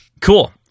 cool